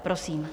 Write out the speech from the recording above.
Prosím.